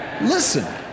Listen